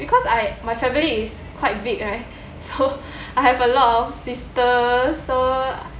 because I my family is quite big right so I have a lot of sisters so